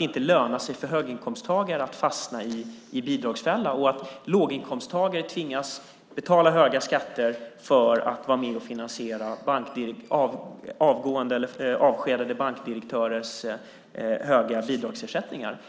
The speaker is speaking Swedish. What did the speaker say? inte lönar sig för höginkomsttagare att fastna i bidragsfällan och att låginkomsttagare inte tvingas betala höga skatter för att vara med och finansiera avgående eller avskedade bankdirektörers höga bidragsersättningar.